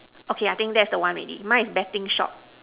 okay I think that's the one already mine is betting shop